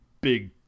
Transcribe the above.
big